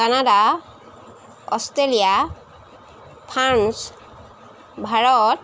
Canada Australia France Bharat